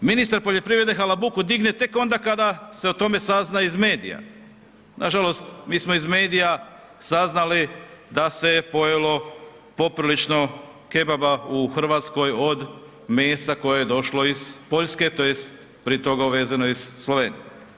Ministar poljoprivrede halabuku digne tek onda kada se o tome sazna iz medija, nažalost mi smo iz medija saznali da se je pojelo poprilično kebaba u Hrvatskoj od mesa koje je došlo iz Poljske tj. prije toga uvezeno iz Slovenije.